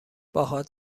باهات